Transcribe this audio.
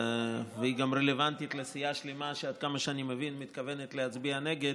והיא גם רלוונטית לסיעה שלמה שעד כמה שאני מבין מתכוונת להצביע נגד,